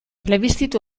plebiszitu